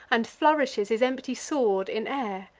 and flourishes his empty sword in air.